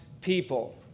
people